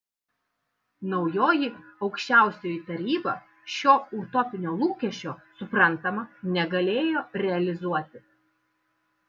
naujoji aukščiausioji taryba šio utopinio lūkesčio suprantama negalėjo realizuoti